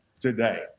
today